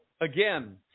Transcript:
again